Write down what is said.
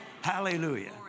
Hallelujah